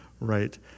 right